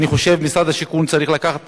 אני חושב שמשרד השיכון צריך לקחת את